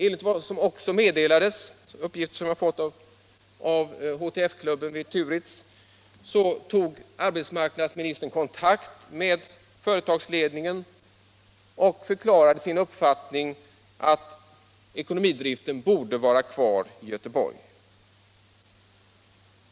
Enligt vad som också har meddelats mig av HTF-klubben vid Turitz tog arbetsmarknadsministern kontakt med företagsledningen och förklarade att enligt hans uppfattning borde ekonomidriften vara kvar i Göteborg.